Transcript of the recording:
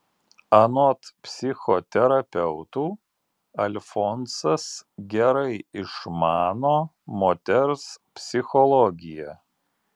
anot psichoterapeutų alfonsas gerai išmano moters psichologiją